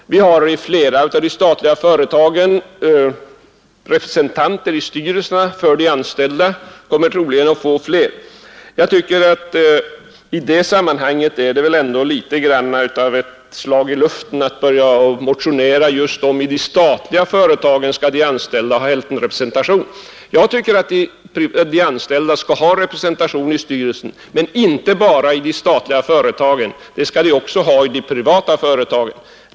I flera statliga företag finns representanter för de anställda i styrelsen och det kommer troligen att bli fler. Det är väl ändå ett slag i luften att börja motionera om att de anställda skall ha hälftenrepresentation i de statliga företagens styrelser. Själv tycker jag att de anställda skall ha representation i styrelserna, men inte bara i de statliga företagen utan också i de privata.